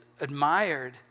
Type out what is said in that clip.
admired